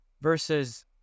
Versus